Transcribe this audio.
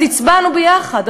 אז הצבענו ביחד,